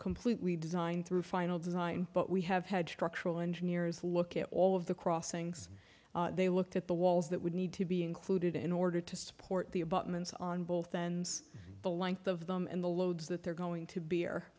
completely designed through final design but we have had structural engineers look at all of the crossings they looked at the walls that would need to be included in order to support the abutments on both ends the length of them and the loads that they're going to be